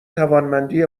توانمندی